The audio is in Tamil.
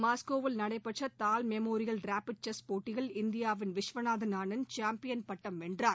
மாஸ்கோவில் நடைபெற்ற தால் மெமோரியல் ரேபிட் செஸ் போட்டியில் இந்தியாவின் விஸ்வநாதன் ஆனந்த் சாம்பியன் பட்டம் வென்றார்